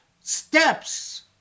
steps